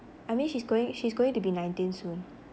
I mean she's going she's going to be nineteen soon